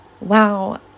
wow